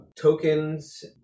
tokens